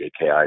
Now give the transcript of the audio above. AKI